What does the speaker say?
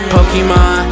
Pokemon